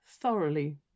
thoroughly